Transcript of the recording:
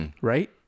right